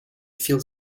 feel